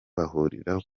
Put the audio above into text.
bahurira